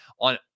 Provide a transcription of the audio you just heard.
on